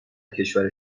کشور